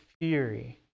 fury